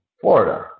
Florida